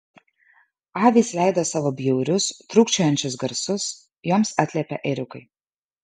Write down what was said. avys leido savo bjaurius trūkčiojančius garsus joms atliepė ėriukai